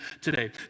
today